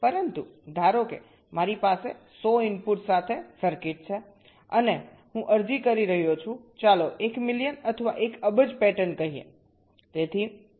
પરંતુ ધારો કે મારી પાસે 100 ઇનપુટ્સ સાથે સર્કિટ છે અને હું અરજી કરી રહ્યો છું ચાલો 1 મિલિયન અથવા 1 અબજ પેટર્ન કહીએ